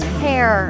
hair